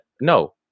no